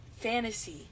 fantasy